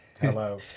Hello